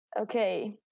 Okay